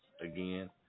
again